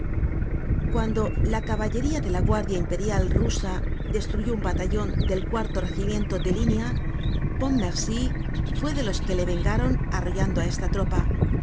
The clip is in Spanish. cuando la caballería de la guardia imperial rusa destruyó un batallon del regimiento de línea pontmercy fue de los que le vengaron arrollando á esta tropa